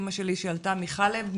אימא שלי שעלתה מחלב,